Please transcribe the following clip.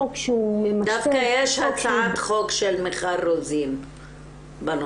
החוק שהוא --- דווקא יש הצעת חוק של מיכל רוזין בנושא.